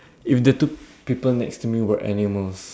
if the two people next to me were animals